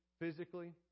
physically